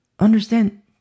Understand